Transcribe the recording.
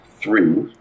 three